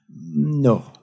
no